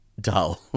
dull